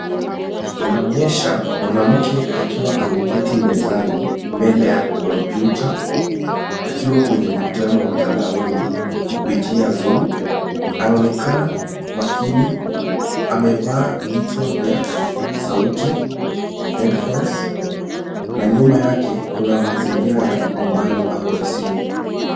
Inaonyesha mwanamke akiwa ameketi mezani mbele ya kompyuta akiwa kwenye mkutano wa mtandaoni kupitia zoom .Anaonekana makini, amevaa vichwa vya sauti, headphones na nyuma yake kuna mazingira ya nyumbani au ofisini.